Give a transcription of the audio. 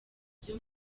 byo